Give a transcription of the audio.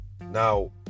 Now